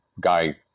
guy